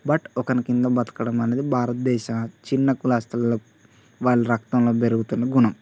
but ఒకరి కింద బ్రతకడం అనేది భారతదేశ చిన్న కులస్తుల వాళ్ళ రక్తంలో పెరుగుతున్న గుణం